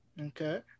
okay